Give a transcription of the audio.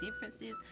differences